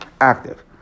active